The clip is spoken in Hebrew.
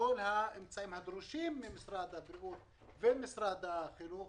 כל האמצעים הדרושים ממשרד הבריאות ומשרד החינוך,